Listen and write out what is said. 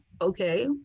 okay